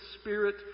spirit